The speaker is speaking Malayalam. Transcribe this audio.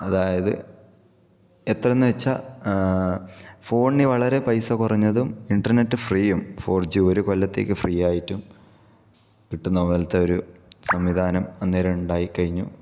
അതായത് എത്ര എന്ന് വെച്ചാൽ ഫോണിന് വളരെ പൈസ കുറഞ്ഞതും ഇന്റർനെറ്റ് ഫ്രീയും ഫോർ ജി ഒരു കൊല്ലത്തേക്ക് ഫ്രീ ആയിട്ടും കിട്ടുന്ന പോലത്തെയൊരു സംവിധാനം അന്നേരം ഉണ്ടായി കഴിഞ്ഞു